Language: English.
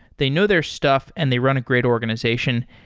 they know their stuff and they run a great organization.